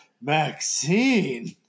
Maxine